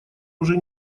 уже